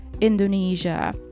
indonesia